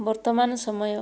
ବର୍ତ୍ତମାନ ସମୟ